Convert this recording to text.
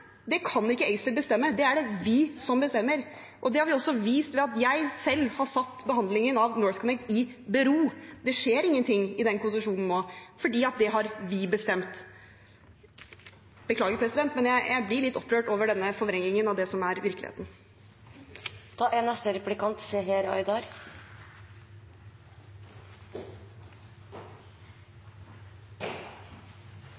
det kan ikke ACER bestemme. Det er det vi som bestemmer. Det har vi også vist ved at jeg selv har stilt behandlingen av NorthConnect i bero. Det skjer ingenting i den konsesjonen nå fordi det har vi bestemt. – Beklager president, men jeg blir litt opprørt over denne forvrengingen av virkeligheten. Det